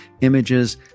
images